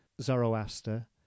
zoroaster